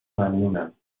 ممنونم